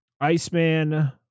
Iceman